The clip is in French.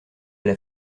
elle